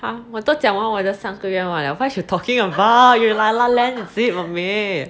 ah 我都讲完我的三个愿望了 what you talking about you lala land is it mummy